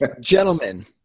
gentlemen